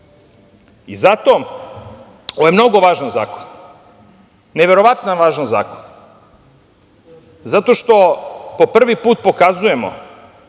zato je ovo mnogo važan zakon, neverovatno važan zakon. Zato što po prvi put pokazujemo